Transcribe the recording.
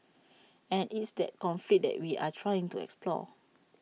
and it's that conflict that we are trying to explore